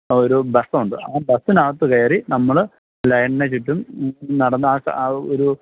ഒരു ബസ് ഉണ്ട് ആ ബസ്സിനകത്ത് കയറി നമ്മൾ ലയണിന് ചുറ്റും നടന്ന് ആ ആ ആ ആ ഒരു